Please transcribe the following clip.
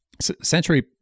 century